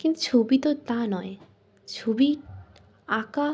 কিন্তু ছবি তো তা নয় ছবি আঁকা